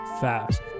Fast